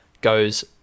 goes